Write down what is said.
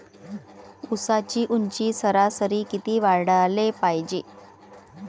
ऊसाची ऊंची सरासरी किती वाढाले पायजे?